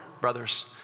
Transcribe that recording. brothers